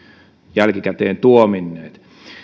jälkikäteen tuominneet